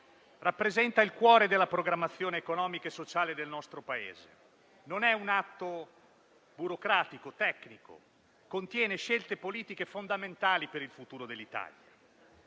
Rappresenta il cuore della programmazione economica e sociale del nostro Paese, non è un atto burocratico o tecnico, contiene scelte politiche fondamentali per il futuro dell'Italia.